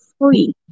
free